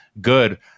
good